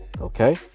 Okay